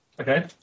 Okay